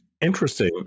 Interesting